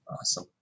Awesome